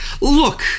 Look